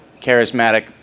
charismatic